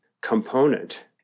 component